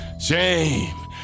shame